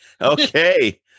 Okay